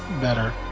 better